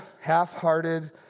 half-hearted